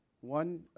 one